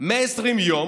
120 יום